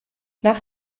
nach